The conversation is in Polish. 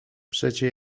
przecie